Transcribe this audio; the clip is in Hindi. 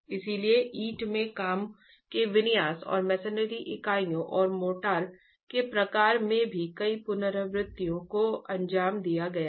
इसलिए ईंट के काम के विन्यास और मसनरी इकाइयों और मोर्टार के प्रकार में भी कई पुनरावृत्तियों को अंजाम दिया गया हैं